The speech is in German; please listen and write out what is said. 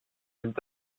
nimmt